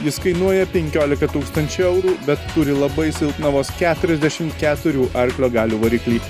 jis kainuoja penkiolika tūkstančių eurų bet turi labai silpną vos keturiasdešimt keturių arklio galių variklį